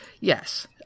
yes